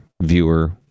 viewer